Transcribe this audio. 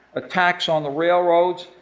attacks on the railroads,